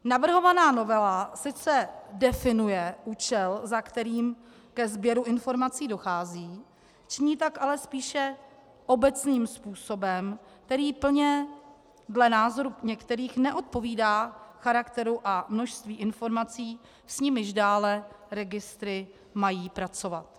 Navrhovaná novela sice definuje účel, za kterým ke sběru informací dochází, činí tak ale spíše obecným způsobem, který plně dle názoru některých neodpovídá charakteru a množství informací, s nimiž dále registry mají pracovat.